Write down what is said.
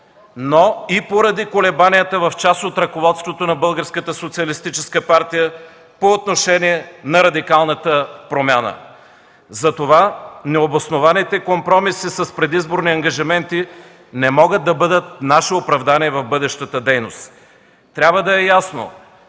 но и поради колебанията в част от ръководството на Българската социалистическа партия по отношение на радикалната промяна. Затова необоснованите компромиси с предизборни ангажименти не могат да бъдат наше оправдание в бъдещата дейност. Трябва да е ясно,